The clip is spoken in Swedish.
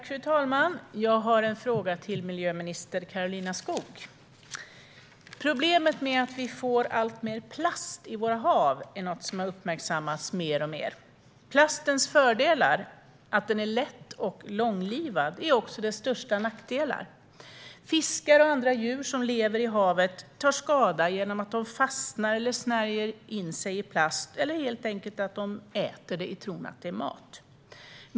Fru talman! Jag har en fråga till miljöminister Karolina Skog. Problemet med att vi får alltmer plast i våra hav har uppmärksammats mer och mer. Plastens fördelar - att den är lätt och långlivad - är också dess största nackdelar. Fiskar och andra djur som lever i havet tar skada genom att de fastnar, snärjer in sig i plast eller helt enkelt äter den i tron att det är mat.